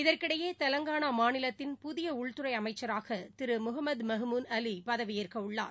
இதற்கிடையேதெலங்கானாமாநிலத்தின் புதியஉள்துறைஅமைச்சராகதிருமுகமதுமஹ்முன் அலிபதவியேற்கஉள்ளார்